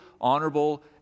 honorable